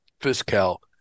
fiscal